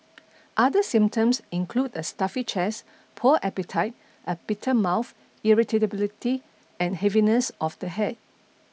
other symptoms include a stuffy chest poor appetite a bitter mouth irritability and heaviness of the head